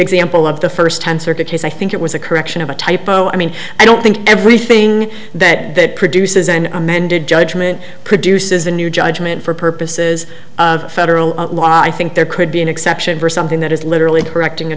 case i think it was a correction of a typo i mean i don't think everything that that produces an amended judgment produces a new judgment for purposes of federal law i think there could be an exception for something that is literally correcting